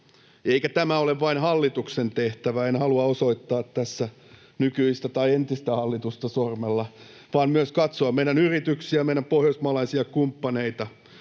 Eikä tämä ole vain hallituksen tehtävä — en halua osoittaa tässä nykyistä tai entistä hallitusta sormella — vaan haluan myös katsoa meidän yrityksiä ja meidän pohjoismaalaisia kumppaneita,